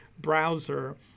browser